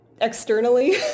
externally